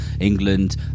England